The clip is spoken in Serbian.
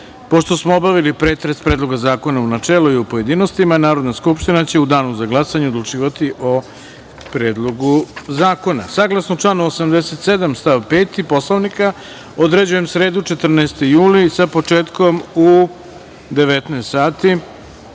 smo obavili pretres Predloga zakona u načelu i u pojedinostima, Narodna skupština će u danu za glasanje odlučivati o Predlogu zakona. Saglasno članu 87. stav 5. Poslovnika Narodne skupštine, određujem sredu, 14. jul, sa početkom u 18.55